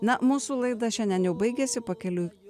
na mūsų laida šiandien jau baigėsi pakeliui